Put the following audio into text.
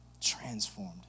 transformed